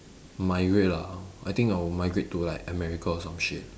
migrate lah I think I will migrate to like america or some shit